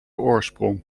oorsprong